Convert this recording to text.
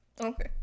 Okay